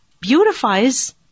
beautifies